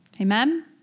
amen